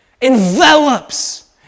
envelops